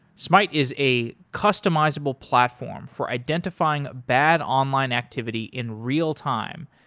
smyte is a customizable platform for identifying bad online activity in real time.